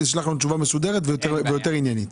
תשלח לנו תשובה מסודרת ויותר עניינית.